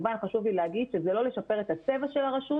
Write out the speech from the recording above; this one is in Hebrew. חשוב לי להגיד זה לא כדי לשפר את הצבע את הרשות,